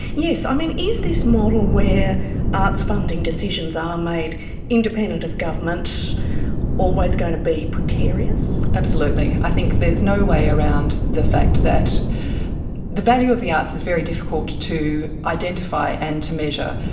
yes, i mean, is this model where arts funding decisions are made independent of government always going to be precarious? absolutely. i think there's no way around the fact that the value of the arts is very difficult to identify and to measure.